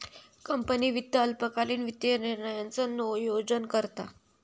company वित्त अल्पकालीन वित्तीय निर्णयांचा नोयोजन करता